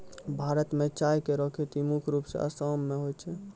भारत म चाय केरो खेती मुख्य रूप सें आसाम मे होय छै